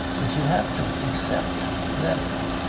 but you have to accept that.